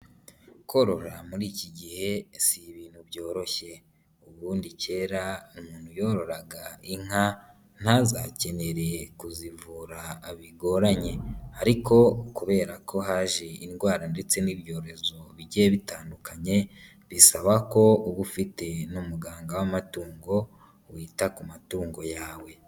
korora muri iki gihe si ibintu byoroshye, ubundi kera umuntu yororaga inka ntazakene kuzivura bigoranye, ariko kubera ko haje indwara ndetse n'ibyorezo bigiye bitandukanye bisaba ko uba ufite n'umuganga w'amatungo wita ku matungo yawe.